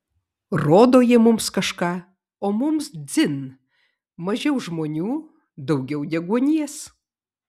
rodo jie mums kažką o mums dzin mažiau žmonių daugiau deguonies